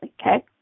okay